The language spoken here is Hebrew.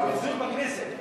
זלזול בכנסת.